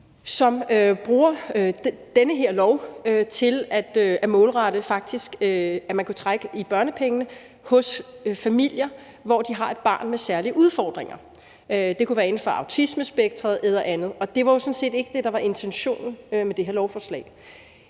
som bruger den her lov til faktisk målrettet at trække i børnepengene hos familier, som har et barn med særlige udfordringer. Det kunne være inden for autismespektret eller andet. Og det var jo sådan set ikke det, der var intentionen med det her lovforslag.